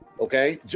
Okay